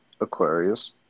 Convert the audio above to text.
Aquarius